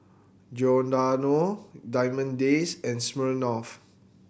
Giordano Diamond Days and Smirnoff